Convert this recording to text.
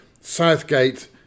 Southgate